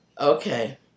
Okay